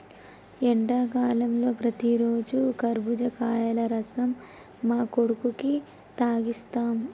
ఎండాకాలంలో ప్రతిరోజు కర్బుజకాయల రసం మా కొడుకుకి తాగిస్తాం